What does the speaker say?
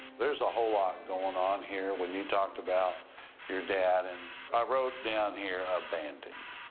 there's a whole lot going on here when you talked about your dad, and i wrote down here abandoned.